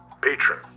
Patron